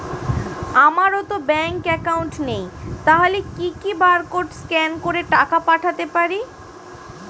আমারতো bank account নেই তাহলে কি কি বারকোড স্ক্যান করে টাকা পাঠাতে পারি?